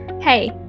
Hey